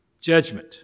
Judgment